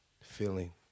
feeling